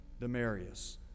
Demarius